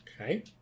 Okay